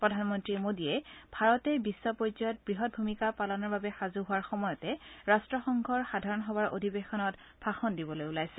প্ৰধানমন্ত্ৰী মোডীয়ে ভাৰতে বিধ পৰ্যায়ত বৃহৎ ভূমিকা পালনৰ বাবে সাজু হোৱাৰ সময়তে ৰাট্টসংঘৰ সাধাৰণ সভাৰ অধিবেশনত ভাষণ দিবলৈ ওলাইছে